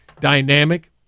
dynamic